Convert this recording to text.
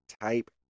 type